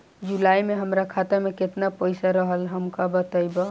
जुलाई में हमरा खाता में केतना पईसा रहल हमका बताई?